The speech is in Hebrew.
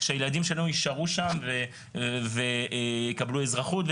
שהילדים שלנו יישארו שם ויקבלו אזרחות.